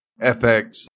FX